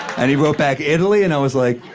and he wrote back, italy? and i was like,